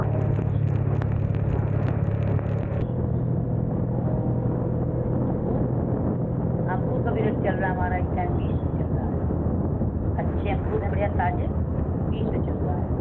और हाँ हाँ और अमरूद अमरूद अभी रेट चल रहा हमारा इस टाइम बीस में चल रहा है अच्छे अमरूद हैं बढ़िया ताज़े बीस में चल रहा है